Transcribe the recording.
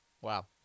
Wow